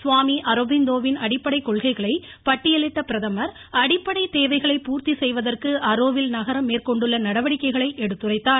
சுவாமி அரபிந்தோவின் அடிப்படை கொள்கைகளை பட்டியலிட்ட பிரதமர் அடிப்படை தேவைகளை பூர்த்தி செய்வதற்கு அரோவில் நகரம் மேற்கொண்டுள்ள நடவடிக்கைகளை எடுத்துரைத்தார்